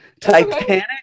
Titanic